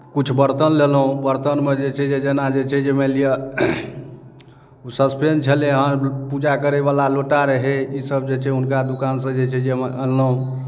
किछु बरतन लेलहुँ बर्तनमे जे छै जे जेना जे छै जे मानि लिअ ससपैन छलैए पूजा करयवला लोटा रहै ईसभ जे छै हुनका दोकानसँ जे छै जे हम अनलहुँ